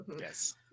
Yes